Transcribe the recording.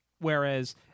Whereas